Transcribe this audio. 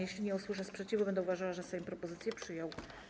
Jeśli nie usłyszę sprzeciwu, będę uważała, że Sejm propozycję przyjął.